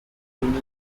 teenage